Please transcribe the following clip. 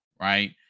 Right